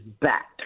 back